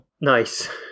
Nice